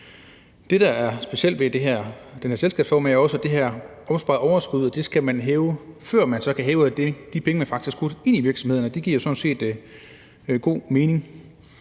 Det, der er specielt ved den her selskabsform, er jo også, at man skal hæve det her opsparede overskud, før man kan hæve de penge, man faktisk har skudt ind i virksomheden, og det giver jo sådan set god mening.